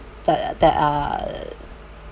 that uh that are uh